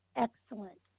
excellent.